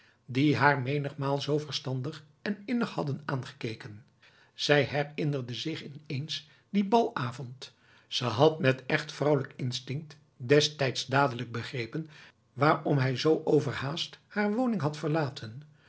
die haar menigmaal zoo verstandig en innig hadden aangekeken zij herinnerde zich op eens dien balavond ze had met echt vrouwelijk instinct destijds dadelijk begrepen waarom hij zoo overhaast haar woning had verlaten